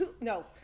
No